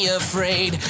afraid